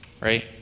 right